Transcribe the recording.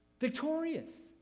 Victorious